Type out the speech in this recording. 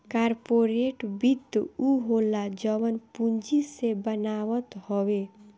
corporate वित्त उ होला जवन पूंजी जे बनावत हवे